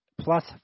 plus